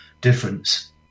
difference